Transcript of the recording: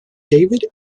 david